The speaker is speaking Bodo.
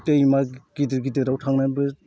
दैमा गिदिर गिदिराव थांनानैबो